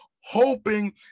hoping